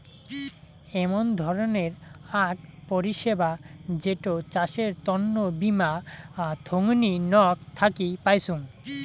এমন ধরণের আক পরিষেবা যেটো চাষের তন্ন বীমা থোঙনি নক থাকি পাইচুঙ